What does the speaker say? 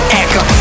echo